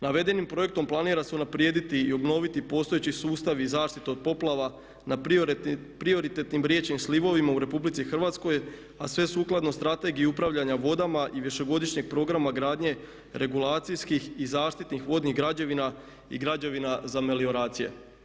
Navedenim projektom planira se unaprijediti i obnoviti postojeći sustav i zaštita od poplava na prioritetnim riječnim slivovima u Republici Hrvatskoj, a sve sukladno Strategiji upravljanja vodama i višegodišnjeg programa gradnje regulacijskih i zaštitnih vodnih građevina i građevina za melioracije.